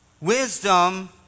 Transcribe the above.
wisdom